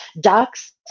Ducks